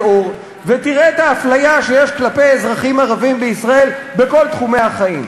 אור ותראה את האפליה שיש כלפי אזרחים ערבים בישראל בכל תחומי החיים.